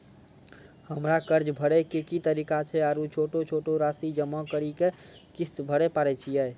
हमरा कर्ज भरे के की तरीका छै आरू छोटो छोटो रासि जमा करि के किस्त भरे पारे छियै?